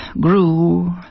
grew